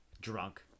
Drunk